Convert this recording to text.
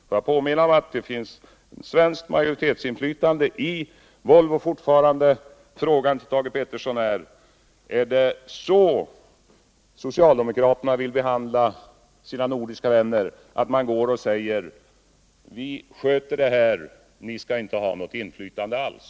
Låt mig påminna om att det fortfarande finns ett svenskt majoritetsinflytande Volvo. Frågan till Thage Peterson är: Är det så socialdemokraterna vill behandla sina nordiska vänner att man går till dem och säger att vi sköter det här och att de inte skall ha något inflytande alls?